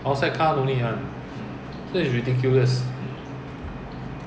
ya ya it's not that you cannot come in you can